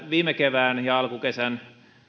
viime kevään ja alkukesän